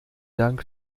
dank